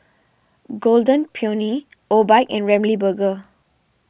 Golden Peony Obike and Ramly Burger